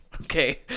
okay